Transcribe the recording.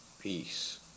peace